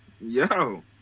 Yo